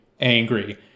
angry